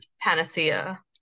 panacea